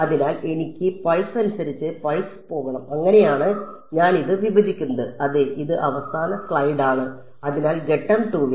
അതിനാൽ എനിക്ക് പൾസ് അനുസരിച്ച് പൾസ് പോകണം അങ്ങനെയാണ് ഞാൻ ഇത് വിഭജിക്കുന്നത് അതെ ഇത് അവസാന സ്ലൈഡാണ് അതിനാൽ ഘട്ടം 2 ൽ